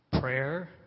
Prayer